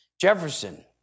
Jefferson